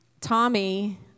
Tommy